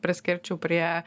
priskirčiau prie